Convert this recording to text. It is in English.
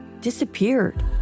disappeared